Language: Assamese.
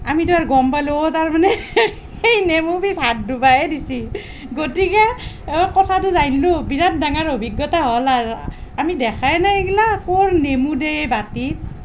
আমিতো আৰু গম পালোঁ অ' তাৰমানে সেই নেমু পিছ হাত ধুবাহে দিছি গতিকে কথাটো জানিলোঁ বিৰাট ডাঙাৰ অভিজ্ঞতা হ'ল আৰ আমি দেখাই নাই এইগিলা ক'ত নেমু দেই বাতিত